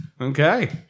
Okay